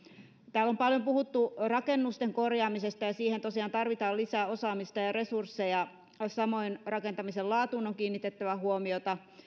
täällä on paljon puhuttu rakennusten korjaamisesta ja siihen tosiaan tarvitaan lisää osaamista ja resursseja samoin rakentamisen laatuun on kiinnitettävä huomiota